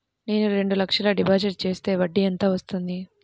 నేను రెండు లక్షల డిపాజిట్ చేస్తే వడ్డీ ఎంత వస్తుంది?